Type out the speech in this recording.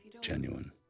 genuine